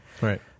Right